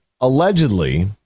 allegedly